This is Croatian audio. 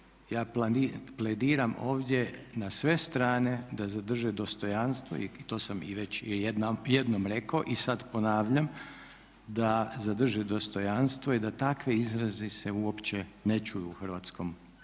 Ja plediram ovdje na sve strane da zadrže dostojanstvo i to sam i već jednom rekao i sad ponavljam, da zadrže dostojanstvo i da takvi izrazi se uopće ne čuju u Hrvatskom saboru.